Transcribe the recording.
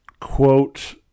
quote